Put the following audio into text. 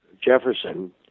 Jefferson